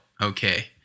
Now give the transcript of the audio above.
okay